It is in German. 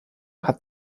hat